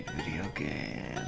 video game